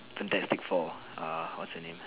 fantastic four uh what's her name